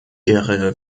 ihre